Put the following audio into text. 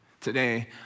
Today